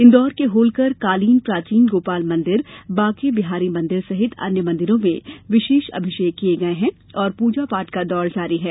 इंदौर के होल्कर कालीन प्राचीन गोपाल मंदिर बांके बिहारी मंदिर सहित अन्य मंदिरों में विशेष अभिषेक किये गये हैं और पूजा पाठ का दौर जारी है